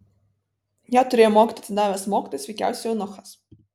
ją turėjo mokyti atsidavęs mokytojas veikiausiai eunuchas